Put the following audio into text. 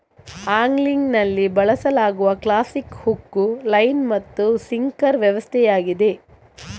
ಆಂಗ್ಲಿಂಗಿನಲ್ಲಿ ಬಳಸಲಾಗುವ classic hook, line ಮತ್ತು sinker ವ್ಯವಸ್ಥೆಯಾಗಿದೆ